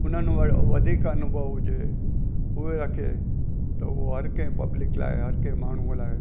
उन्हनि वटि वधीक अनुभव हुजे उहे रखे त उहो हर कंहिं पब्लिक लाइ हर कंहिं माण्हूअ लाइ